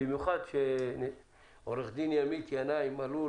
במיוחד כשעורכת הדין ימית ינאי מלול